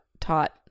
taught